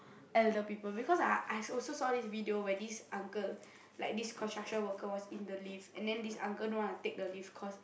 elder people because I I also saw this video where this uncle like this construction worker was in the lift and then this uncle don't wanna take the lift cause